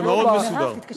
זה מאוד מסודר.